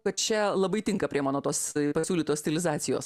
kad čia labai tinka prie mano tos pasiūlytos stilizacijos